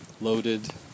loaded